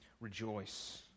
rejoice